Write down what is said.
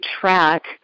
track